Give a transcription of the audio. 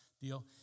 deal